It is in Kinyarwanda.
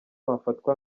hafatwa